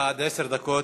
בבקשה, עד עשר דקות.